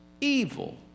evil